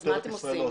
אז מה אתם עושים?